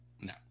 No